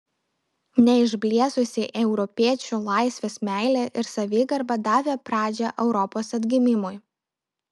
neišblėsusi europiečių laisvės meilė ir savigarba davė pradžią europos atgimimui